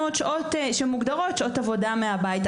עוד שעות שמוגדרות שעות עבודה מהבית.